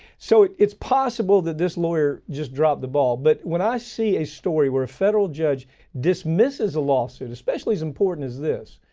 so it's possible that this lawyer just dropped the ball. but when i see a story where a federal judge dismisses a lawsuit, especially as important as this,